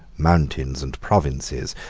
mountains, and provinces,